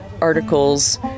articles